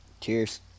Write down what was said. Cheers